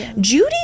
Judy